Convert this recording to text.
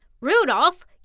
Rudolph